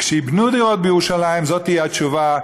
כשיבנו דירות בירושלים זו תהיה התשובה,